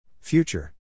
Future